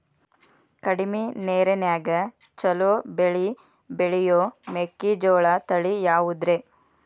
ಕಡಮಿ ನೇರಿನ್ಯಾಗಾ ಛಲೋ ಬೆಳಿ ಬೆಳಿಯೋ ಮೆಕ್ಕಿಜೋಳ ತಳಿ ಯಾವುದ್ರೇ?